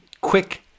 quick